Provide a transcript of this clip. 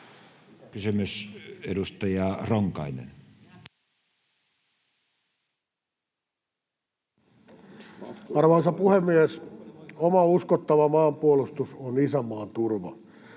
ps) Time: 16:21 Content: Arvoisa puhemies! Oma uskottava maanpuolustus on isänmaan turva.